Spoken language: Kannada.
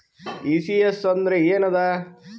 ಈ.ಸಿ.ಎಸ್ ಅಂದ್ರ ಏನದ?